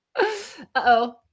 Uh-oh